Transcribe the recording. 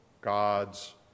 God's